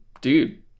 dude